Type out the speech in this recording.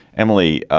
emily,